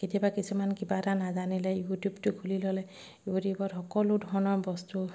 কেতিয়াবা কিছুমান কিবা এটা নাজানিলে ইউটিউবটো খুলি ল'লে ইউটিউবত সকলো ধৰণৰ বস্তু